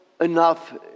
enough